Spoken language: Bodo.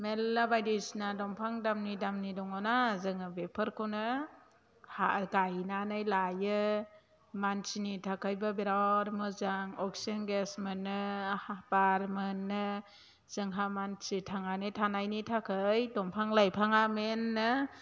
मेरला बायदिसिना दंफां दामनि दामनि दङ ना जोङो बेफोरखौनो गायनानै लायो मानसिनि थाखायबो बिराथ मोजां अक्सिजेन गेस मोनो बार मोनो जोंहा मानसि थांनानै थानायनि थाखै दंफां लाइफाङा मेननो